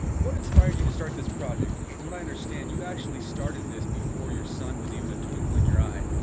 what inspired you to start this project? from what i understand, you actually started this before your son was even a twinkle in your eye